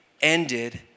ended